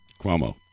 Cuomo